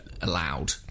allowed